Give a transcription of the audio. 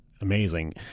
amazing